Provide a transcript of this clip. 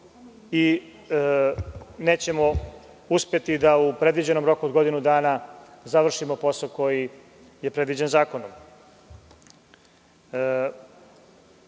nećemo uspeti da u predviđenom roku od godinu dana završimo posao koji je predviđen